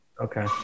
Okay